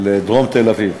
לדרום תל-אביב.